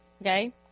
Okay